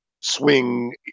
swing